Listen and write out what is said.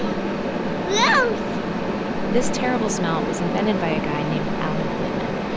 you know this terrible smell was invented by a guy named alan whitman.